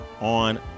on